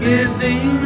Giving